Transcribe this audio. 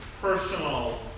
personal